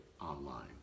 online